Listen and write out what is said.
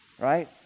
Right